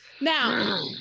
Now